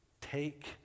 take